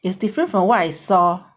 is different from what I saw